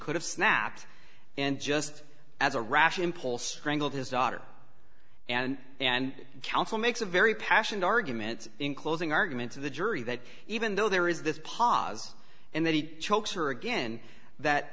could have snapped and just as a rash impulse of his daughter and and counsel makes a very passionate argument in closing argument to the jury that even though there is this pause and then he choked her again that